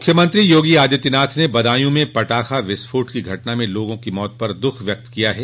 मुख्यमंत्री योगी आदित्यनाथ ने बदायू में पटाखा विस्फोट की घटना में लोगों की मात पर दुःख व्यक्त किया है